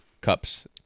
cups